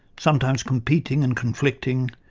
sometimes competing and conflicting,